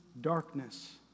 darkness